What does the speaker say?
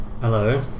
hello